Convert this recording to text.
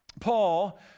Paul